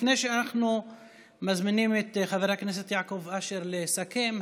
לפני שאנחנו מזמינים את חבר הכנסת יעקב אשר לסכם,